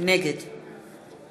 נגד